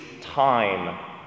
time